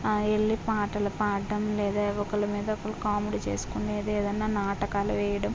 వెళ్ళి పాటలు పాడటం లేదా ఒకరి మీద ఒకరు కామెడి చేసుకునేది ఏదన్న నాటకాలు వేయడం